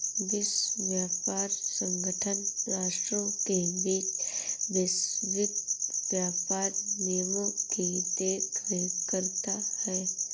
विश्व व्यापार संगठन राष्ट्रों के बीच वैश्विक व्यापार नियमों की देखरेख करता है